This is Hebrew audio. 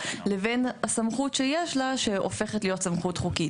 לבין הסמכות שיש לה שהופכת להיות סמכות חוקית.